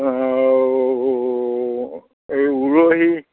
এই উৰহি